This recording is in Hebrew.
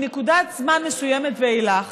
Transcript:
מנקודת זמן מסוימת ואילך